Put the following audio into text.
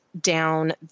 down